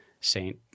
Saint